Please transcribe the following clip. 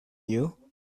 you